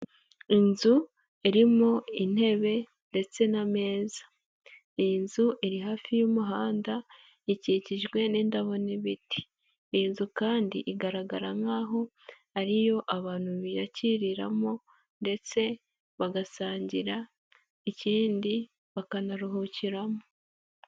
Inzu irimo intebe ndetse n'ameza, iyi nzu iri hafi y'umuhanda ikikijwe n'indabo n'ibiti, iyi nzu kandi igaragara nk'aho ari iyo abantu biyakiriramo ndetse bagasangira ikindi bakanaruhukiramo.